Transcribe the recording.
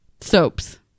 soaps